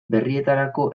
berrietarako